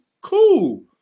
cool